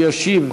הוא ישיב